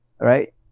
right